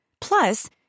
Plus